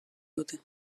dute